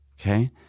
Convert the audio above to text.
okay